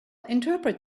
interpret